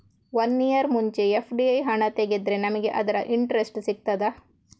One year ಮುಂಚೆ FD ಹಣ ತೆಗೆದ್ರೆ ನಮಗೆ ಅದರ ಇಂಟ್ರೆಸ್ಟ್ ಸಿಗ್ತದ?